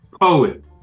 Poet